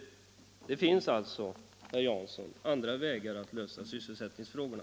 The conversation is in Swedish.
Det finns alltså, herr Jansson, andra vägar att lösa sysselsättningsfrågorna.